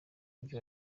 mujyi